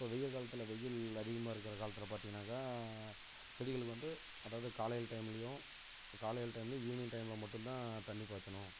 இப்போ வெய்ய காலத்தில் வெயில் அதிகமாக இருக்கிற காலத்தில் பார்த்தீங்கனாக்கா செடிகளுக்கு வந்து அதாவது காலையிலக டைமுலேயும் காலையில் டைமுலேயும் ஈவினிங் டைமில் மட்டும்தான் தண்ணி பாய்ச்சணும்